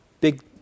big